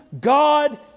God